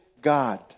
God